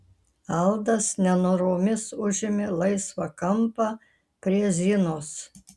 aldas nenoromis užėmė laisvą kampą prie zinos